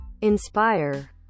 Inspire